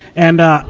and, ah,